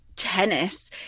Tennis